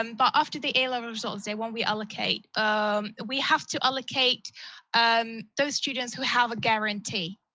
um but after the a-level results day, when we allocate, um we have to allocate um those students who have a guarantee.